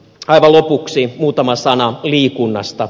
aivan lopuksi muutama sana liikunnasta